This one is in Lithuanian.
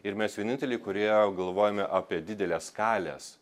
ir mes vieninteliai kurie galvojame apie didelės skalės